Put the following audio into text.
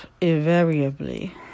invariably